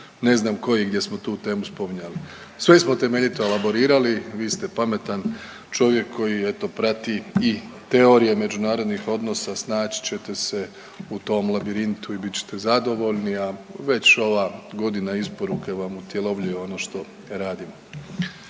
ne znam tko i gdje smo tu temu spominjali. Sve smo temeljito elaborirali. Vi ste pametan čovjek koji eto prati i teorije međunarodnih odnosa. Snaći ćete se u tom labirintu i bit ćete zadovoljni, a već ova godina isporuke vam utjelovljuje ono što radimo.